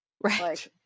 Right